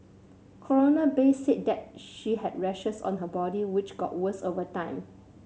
Coroner Bay said that she had rashes on her body which got worse over time